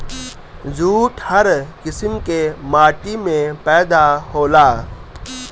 jute हर किसिम के माटी में पैदा होला